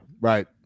Right